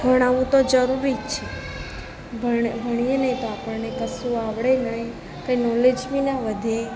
ભણાવવું તો જરૂરી જ છે ભણીએ ને તો આપણને કશું આવડે નહીં કઈ નોલેજ બી ના વધે